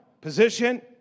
position